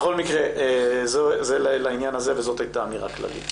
בכל מקרה זה לעניין הזה וזאת הייתה אמירה כללית.